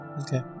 Okay